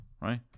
right